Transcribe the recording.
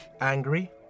Angry